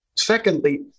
Secondly